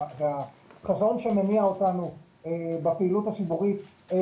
והחזון שמניע אותנו בפעילות הציבורית.